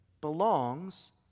belongs